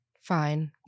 Fine